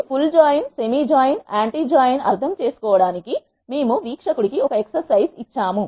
full join semi join మరియు anti join అర్థం చేసుకోవడానికి మేము వీక్షకులకు ఒక ఎక్సైజ్ ఇచ్చాము